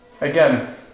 Again